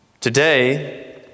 Today